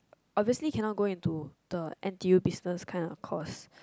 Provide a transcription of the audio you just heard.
obviously cannot go into the n_t_u business kind of course